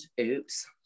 Oops